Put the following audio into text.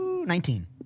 Nineteen